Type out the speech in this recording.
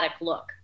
look